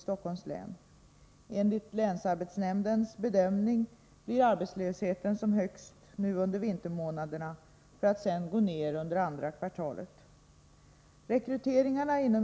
Samtidigt innebär länsarbetsnämndens medelsram för beredskapsarbeten för resten av budgetåret att man inte kan bibehålla verksamheten på nuvarande nivå.